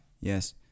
yes